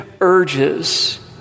urges